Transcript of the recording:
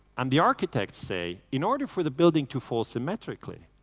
and the architects say, in order for the building to fall symmetrically,